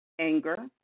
anger